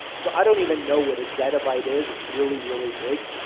so i don't even know what zettabyte is, it's really really big,